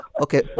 okay